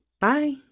bye